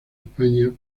españa